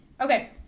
Okay